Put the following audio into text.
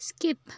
skip